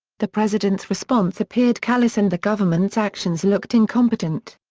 the president's response appeared callous and the government's actions looked incompetent.